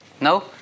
no